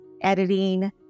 editing